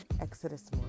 Exodus